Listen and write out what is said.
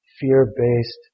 fear-based